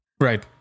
Right